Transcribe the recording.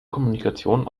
kommunikation